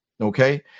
Okay